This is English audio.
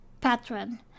Patron